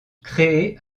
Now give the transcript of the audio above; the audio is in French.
créée